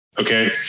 okay